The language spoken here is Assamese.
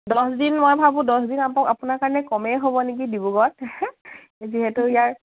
দহদিন মই ভাবোঁ দহ দিন আক আপোনাৰ কাৰণে কমেই হ'ব নেকি ডিব্ৰুগড় যিহেতু ইয়াৰ